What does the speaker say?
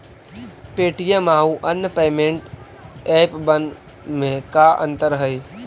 Paytm आउ अन्य payment एपबन में का अंतर हई?